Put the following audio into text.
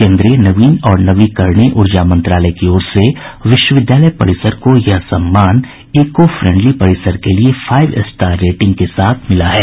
केन्द्रीय नवीन और नवीकरणीय ऊर्जा मंत्रालय की ओर से विश्वविद्यालय परिसर को यह सम्मान इको फ्रेंडली परिसर के लिये फाइव स्टार रेटिंग के साथ मिला है